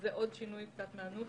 שזה עוד שינוי מהנוסח.